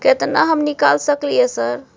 केतना हम निकाल सकलियै सर?